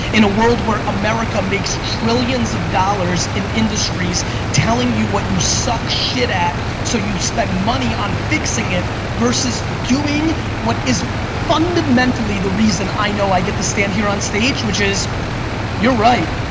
in a world where america makes trillions of dollars in industries telling you what you suck shit at so you spend money on fixing it versus doing what is fundamentally the reason i know i get the stand here on stage which is you're right,